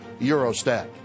Eurostat